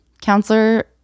counselor